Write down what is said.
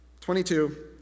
22